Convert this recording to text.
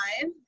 five